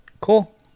Cool